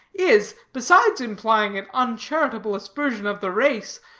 is, besides implying an uncharitable aspersion of the race,